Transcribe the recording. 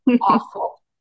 awful